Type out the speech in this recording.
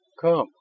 Come